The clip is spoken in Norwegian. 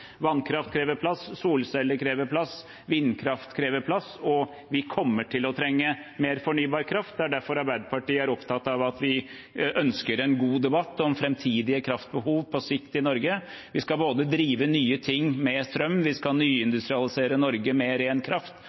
vannkraft krever plass, solcelle krever plass, vindkraft krever plass. Vi kommer til å trenge mer fornybar kraft, det er derfor Arbeiderpartiet er opptatt av at vi ønsker en god debatt om framtidige kraftbehov på sikt i Norge. Vi skal drive nye ting med strøm, vi skal nyindustrialisere Norge med ren kraft,